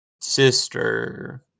sister